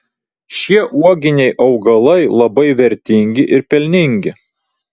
šie uoginiai augalai labai vertingi ir pelningi